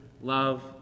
love